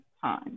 time